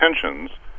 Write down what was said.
tensions